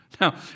Now